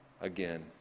again